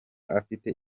afite